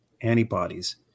antibodies